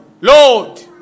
Lord